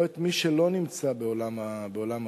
לא את מי שלא נמצא בעולם העבודה.